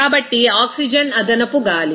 కాబట్టి ఆక్సిజన్ అదనపు గాలి